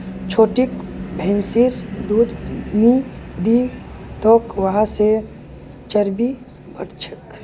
छोटिक भैंसिर दूध नी दी तोक वहा से चर्बी बढ़ छेक